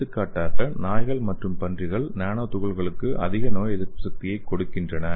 எடுத்துக்காட்டாக நாய்கள் மற்றும் பன்றிகள் நானோ துகள்களுக்கு அதிக நோய் எதிர்ப்பு சக்தியைக் கொடுக்கின்றன